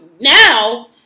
now